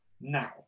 Now